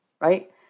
right